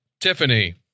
Tiffany